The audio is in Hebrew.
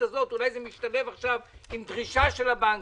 ואולי זה משתלב עכשיו עם דרישה של הבנקים,